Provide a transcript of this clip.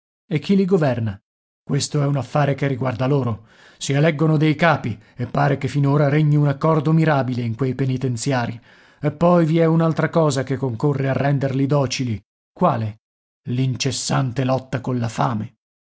e chi li governa questo è un affare che riguarda loro si eleggono dei capi e pare che finora regni un accordo mirabile in quei penitenziari e poi vi è un'altra cosa che concorre a renderli docili quale l'incessante lotta colla fame